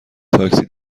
تاکسی